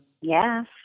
Yes